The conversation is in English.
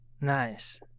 Nice